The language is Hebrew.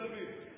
תל-אביב.